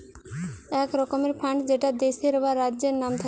এক রকমের ফান্ড যেটা দেশের বা রাজ্যের নাম থাকে